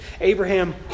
Abraham